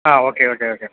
ആ okay okay okay